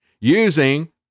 using